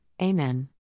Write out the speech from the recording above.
Amen